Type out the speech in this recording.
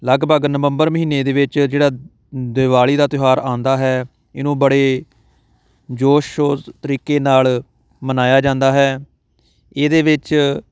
ਲਗਭਗ ਨਵੰਬਰ ਮਹੀਨੇ ਦੇ ਵਿੱਚ ਜਿਹੜਾ ਦੀਵਾਲੀ ਦਾ ਤਿਉਹਾਰ ਆਉਂਦਾ ਹੈ ਇਹਨੂੰ ਬੜੇ ਜੋਸ਼ ਸ਼ੋਰ ਤਰੀਕੇ ਨਾਲ ਮਨਾਇਆ ਜਾਂਦਾ ਹੈ ਇਹਦੇ ਵਿੱਚ